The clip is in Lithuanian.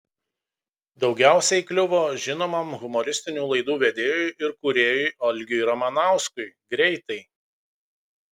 daugiausiai kliuvo žinomam humoristinių laidų vedėjui ir kūrėjui algiui ramanauskui greitai